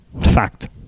Fact